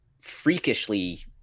freakishly